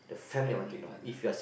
family first